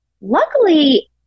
luckily